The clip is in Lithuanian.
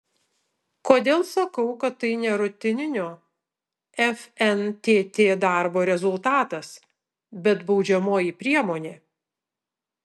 kodėl sakau kad tai ne rutininio fntt darbo rezultatas bet baudžiamoji priemonė